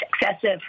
excessive